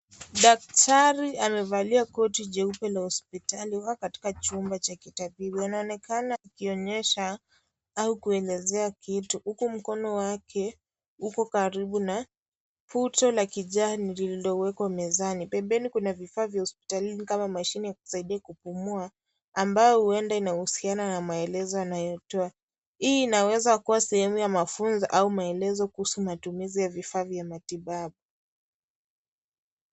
Daktari amevalia koti cheupe la hospitali katika chumba cha kitabibu linaonekana likionyesha au kuelezea kitu huku mkono wake uko karibu na buto la kijani lililowekwa mezani, pembeni kuna vifaa vya hospitalini kama mashine ya kusaidia kupumua ambayo huendaa inahusiana na maelezo yanayotoa, hii inaweza kuwa sehemu ya mafunzo au maelezo kuhusu matumizi ya vifaa vya matibabu.